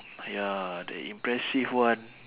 !haiya! the impressive one